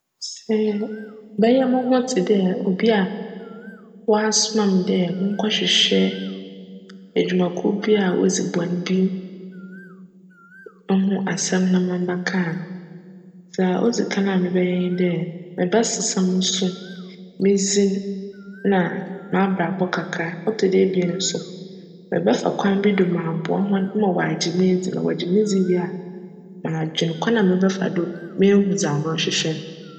Sj mebjyj moho tse dj obi a wcasoma me dj monkchwehwj edwumakuw bi a wodzi bcn bi no ho asjm na membjka a, dza odzi kan a mebjyj nye dj, mebjsesa mo su, me dzin, na m'abrabc kakra. Ctc do ebien so mebjfa kwan bi do m'aboa hcn ma wcagye me edzi na wcgye me dzi wie a, m'adwen kwan a mebjfa do ehu dza morohwehwj.